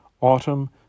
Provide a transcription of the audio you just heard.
autumn